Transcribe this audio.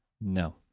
no